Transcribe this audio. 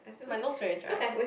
my nose very dry